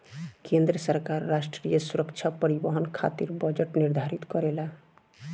केंद्र सरकार राष्ट्रीय सुरक्षा परिवहन खातिर बजट निर्धारित करेला